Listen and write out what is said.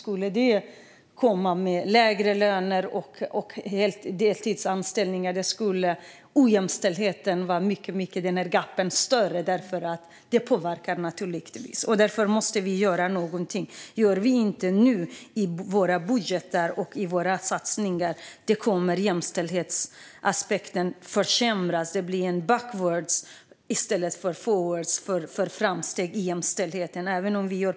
Om de kom in med lägre lön och deltidsanställningar skulle gapet mellan män och kvinnor vara ännu större. Vi måste göra något i budgetar och satsningar. Annars kommer jämställdheten att försämras och gå bakåt i stället för framåt.